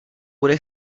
bude